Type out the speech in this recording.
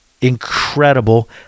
incredible